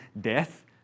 death